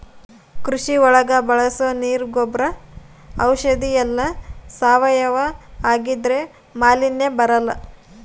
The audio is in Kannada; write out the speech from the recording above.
ಕೃಷಿ ಒಳಗ ಬಳಸೋ ನೀರ್ ಗೊಬ್ರ ಔಷಧಿ ಎಲ್ಲ ಸಾವಯವ ಆಗಿದ್ರೆ ಮಾಲಿನ್ಯ ಬರಲ್ಲ